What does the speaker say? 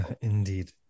indeed